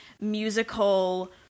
musical